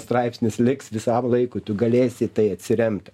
straipsnis liks visam laikui tu galėsi į tai atsiremti